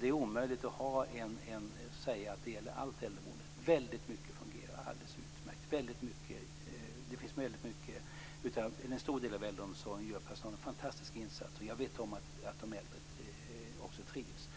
Det är omöjligt att säga att det gäller allt äldreboende. Väldigt mycket fungerar alldeles utmärkt. I en stor del av äldreomsorgen gör personalen fantastiska insatser, och jag vet att de äldre trivs.